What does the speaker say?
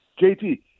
JT